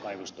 puhemies